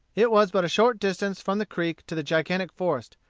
it was but a short distance from the creek to the gigantic forest,